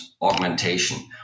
augmentation